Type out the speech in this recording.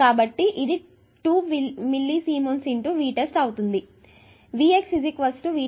కాబట్టిఇది 2 millisiemens ఇది V x Vtest అవుతుంది